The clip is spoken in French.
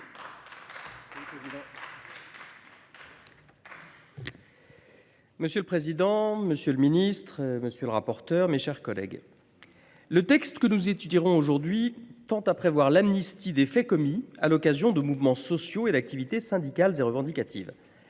Monsieur le président, monsieur le garde des sceaux, mes chers collègues, le texte que nous étudions aujourd’hui tend à prévoir l’amnistie des faits commis à l’occasion de mouvements sociaux et d’activités syndicales et revendicatives.